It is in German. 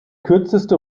kürzeste